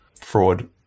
fraud